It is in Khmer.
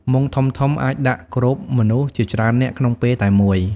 មុងធំៗអាចដាក់គ្របមនុស្សជាច្រើននាក់ក្នុងពេលតែមួយ។